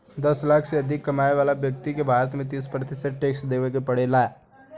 दस लाख से अधिक कमाए वाला ब्यक्ति के भारत में तीस प्रतिशत टैक्स देवे के पड़ेला